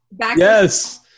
Yes